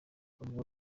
avuga